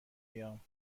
بیام